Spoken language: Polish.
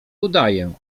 udaję